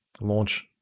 launch